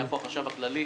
היה פה החשב הכללי,